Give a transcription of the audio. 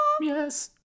Yes